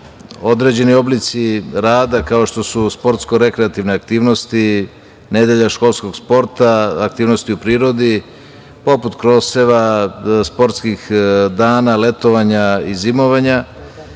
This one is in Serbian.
određeni oblici rada kao što su sportsko-rekreativne aktivnosti, nedelja školskog sporta, aktivnosti u prirodi, poput kroseva, sportskih dana, letovanja i zimovanja